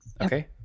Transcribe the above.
Okay